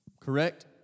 Correct